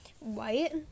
white